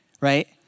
right